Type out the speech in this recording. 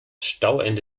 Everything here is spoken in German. stauende